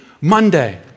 Monday